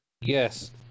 Yes